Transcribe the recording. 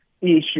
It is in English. issue